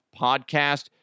podcast